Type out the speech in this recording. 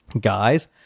Guys